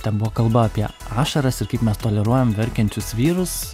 ten buvo kalba apie ašaras ir kaip mes toleruojam verkiančius vyrus